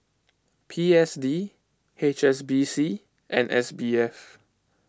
P S D H S B C and S B F